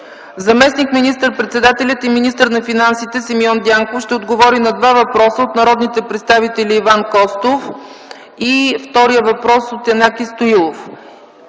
Заместник министър-председателят и министър на финансите Симеон Дянков ще отговори на два въпроса от народните представители Иван Костов и Янаки Стоилов,